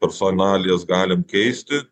personalijas galim keisti